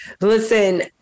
Listen